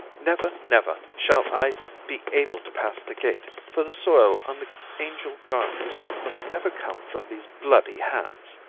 never, never shall i be able to pass the gate, for the soil on the angel garments must ever come from these bloody hands